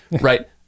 right